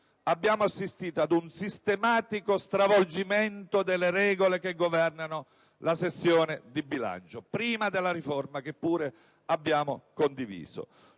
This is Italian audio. abbiamo assistito a un sistematico stravolgimento delle regole che governano la sessione di bilancio, prima della riforma, che pure abbiamo condiviso.